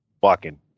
walking